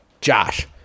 Josh